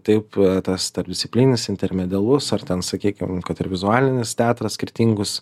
taip tas tarpdisciplininis intemedialus ar ten sakykim kad ir vizualinis teatras skirtingus